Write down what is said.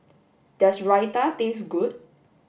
does Raita taste good